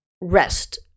rest